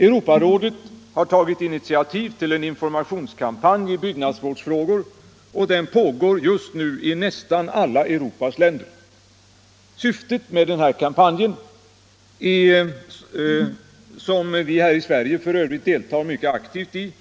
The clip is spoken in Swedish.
Europarådet har tagit initiativ till en informationskampanj i byggnadsvårdsfrågor, och den pågår just nu i nästan alla Europas länder. Syftet med den här kampanjen, som vi här i Sverige f. ö. deltar mycket aktivt i,